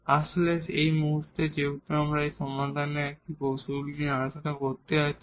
আসলে এই মুহুর্তে যেহেতু আমরা এখন সমাধানের কৌশলগুলি নিয়ে আলোচনা করতে যাচ্ছি